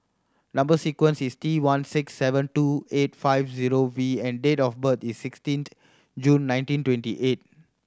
number sequence is T one six seven two eight five zero V and date of birth is sixteenth June nineteen twenty eight